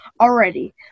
already